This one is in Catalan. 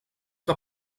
que